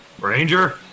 Ranger